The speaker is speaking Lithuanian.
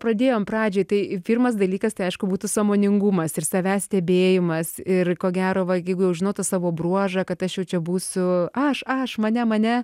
pradėjom pradžiai tai pirmas dalykas tai aišku būtų sąmoningumas ir savęs stebėjimas ir ko gero va jeigu jau žinau tą savo bruožą kad aš jau čia būsiu aš aš mane mane